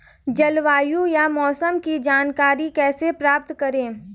जलवायु या मौसम की जानकारी कैसे प्राप्त करें?